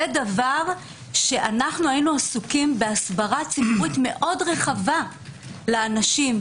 זה דבר שהיינו עסוקים בהסברה ציבורית מאוד רחבה לאנשים,